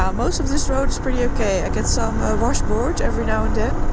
um most of this road is pretty okay i get some washboard every now and